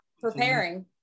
preparing